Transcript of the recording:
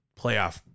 playoff